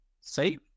safe